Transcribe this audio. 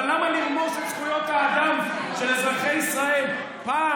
אבל למה לרמוס את זכויות האדם של אזרחי ישראל פעם